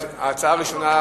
ההצעה הראשונה,